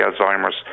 Alzheimer's